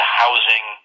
housing